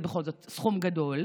זה בכל זאת סכום גדול,